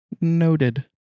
noted